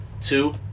Two